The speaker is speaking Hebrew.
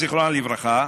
זיכרונה לברכה,